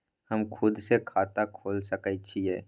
हम खुद से खाता खोल सके छीयै?